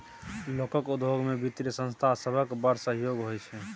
लोकक उद्योग मे बित्तीय संस्था सभक बड़ सहयोग होइ छै